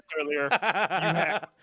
earlier